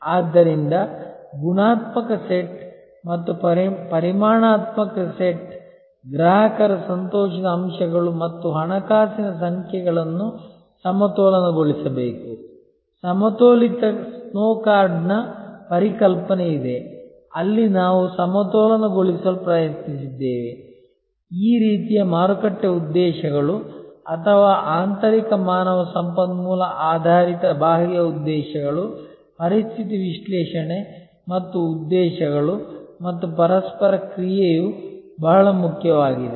ಆದ್ದರಿಂದ ಗುಣಾತ್ಮಕ ಸೆಟ್ ಮತ್ತು ಪರಿಮಾಣಾತ್ಮಕ ಸೆಟ್ ಗ್ರಾಹಕರ ಸಂತೋಷದ ಅಂಶಗಳು ಮತ್ತು ಹಣಕಾಸಿನ ಸಂಖ್ಯೆಗಳನ್ನು ಸಮತೋಲನಗೊಳಿಸಬೇಕು ಸಮತೋಲಿತ ಸ್ಕೋರ್ಕಾರ್ಡ್ನ ಪರಿಕಲ್ಪನೆ ಇದೆ ಅಲ್ಲಿ ನಾವು ಸಮತೋಲನಗೊಳಿಸಲು ಪ್ರಯತ್ನಿಸಿದ್ದೇವೆ ಈ ರೀತಿಯ ಮಾರುಕಟ್ಟೆ ಉದ್ದೇಶಗಳು ಅಥವಾ ಆಂತರಿಕ ಮಾನವ ಸಂಪನ್ಮೂಲ ಆಧಾರಿತ ಬಾಹ್ಯ ಉದ್ದೇಶಗಳು ಪರಿಸ್ಥಿತಿ ವಿಶ್ಲೇಷಣೆ ಮತ್ತು ಉದ್ದೇಶಗಳು ಮತ್ತು ಪರಸ್ಪರ ಕ್ರಿಯೆಯು ಬಹಳ ಮುಖ್ಯವಾಗಿದೆ